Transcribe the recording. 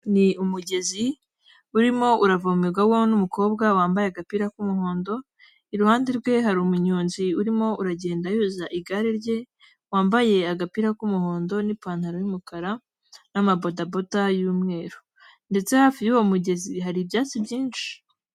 Ni umugezi urimo uravomerwaho n'umukobwa wambaye agapira k'umuhondo, iruhande rwe hari umunyonzi urimo uragenda yoza igare rye, wambaye agapira k'umuhondo n'ipantaro y'umukara, n'amabodaboda y'umweru, ndetse hafi y'uwo mugezi hari ibyatsi byinshi.